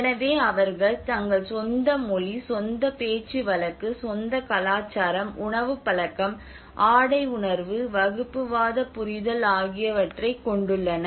எனவே அவர்கள் தங்கள் சொந்த மொழி சொந்த பேச்சுவழக்கு சொந்த கலாச்சாரம் உணவுப் பழக்கம் ஆடை உணர்வு வகுப்புவாத புரிதல் ஆகியவற்றைக் கொண்டுள்ளனர்